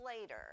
later